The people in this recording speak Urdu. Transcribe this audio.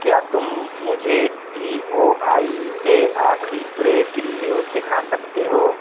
کیا تم مجھے ٹی او آئی سے آخری بریکنگ نیوز دِکھا سکتے ہو